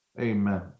Amen